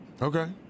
Okay